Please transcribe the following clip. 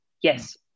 Yes